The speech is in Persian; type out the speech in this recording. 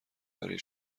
برای